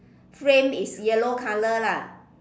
frame is yellow color lah